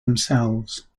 themselves